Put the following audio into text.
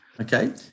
Okay